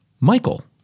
Michael